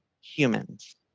humans